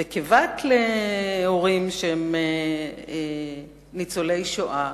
וכבת להורים שהם ניצולי שואה